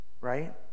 Right